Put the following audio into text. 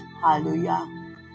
Hallelujah